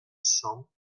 cents